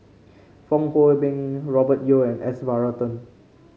Fong Hoe Beng Robert Yeo and S Varathan